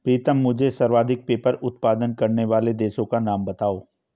प्रीतम मुझे सर्वाधिक पेपर उत्पादन करने वाले देशों का नाम बताओ?